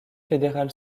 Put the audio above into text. fédéral